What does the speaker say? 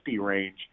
range